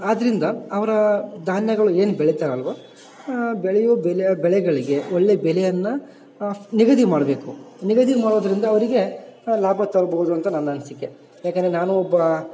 ಆದ್ರಿಂದ ಅವರ ಧಾನ್ಯಗಳ್ ಏನು ಬೆಳೀತಾರೆ ಅಲ್ವೊ ಬೆಳೆಯೊ ಬೆಲೆ ಬೆಳೆಗಳಿಗೆ ಒಳ್ಳೆ ಬೆಲೆಯನ್ನು ನಿಗದಿ ಮಾಡಬೇಕು ನಿಗದಿ ಮಾಡೋದ್ರಿಂದ ಅವರಿಗೆ ಲಾಭ ತರ್ಬೋದು ಅಂತ ನನ್ನ ಅನಿಸಿಕೆ ಏಕಂದರೆ ನಾನು ಒಬ್ಬ